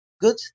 good